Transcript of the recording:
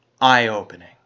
eye-opening